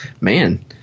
man